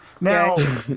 Now